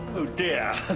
oh dear.